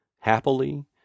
happily